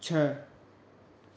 छह